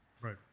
Right